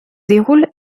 déroule